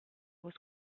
was